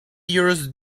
yours